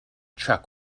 truck